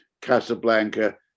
Casablanca